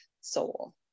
soul